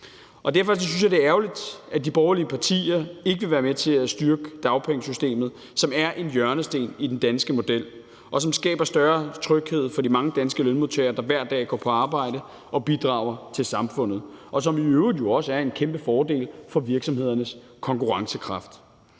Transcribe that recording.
Derfor synes jeg, det er ærgerligt, at de borgerlige partier ikke vil være med til at styrke dagpengesystemet, som er en hjørnesten i den danske model, og som skaber større tryghed for de mange danske lønmodtagere, der hver dag går på arbejde og bidrager til samfundet, og som jo i øvrigt også er en kæmpe fordel for virksomhedernes konkurrencekraft.